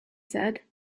said